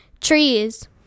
Trees